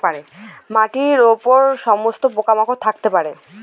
মাটির উপর সমস্ত পোকা মাকড় থাকতে পারে